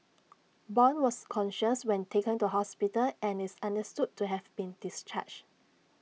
Bong was conscious when taken to hospital and is understood to have been discharged